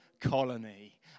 colony